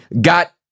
got